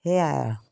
সেয়াই আৰু